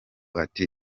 ati